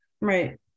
right